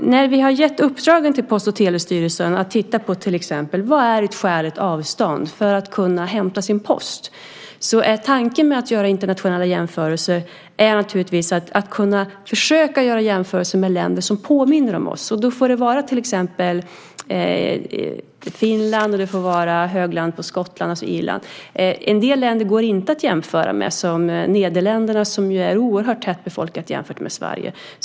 När vi har gett uppdraget till Post och telestyrelsen att till exempel titta på vad som är ett skäligt avstånd för att kunna hämta sin post är tanken med att göra internationella jämförelser naturligtvis att försöka göra jämförelser med länder som påminner om oss. Då får det vara till exempel Finland, höglandet i Skottland och Irland. En del länder går det inte att jämföra med, som Nederländerna, som ju är oerhört tätbefolkat jämfört med Sverige.